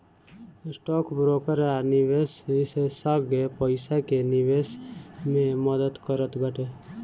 stock broker या निवेश विषेशज्ञ पईसा के निवेश मे मदद करत बाटे